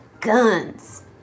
guns